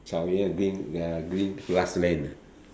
草原 green ya green grassland ah